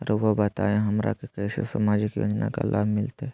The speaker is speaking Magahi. रहुआ बताइए हमरा के कैसे सामाजिक योजना का लाभ मिलते?